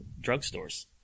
drugstores